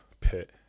pit